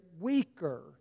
weaker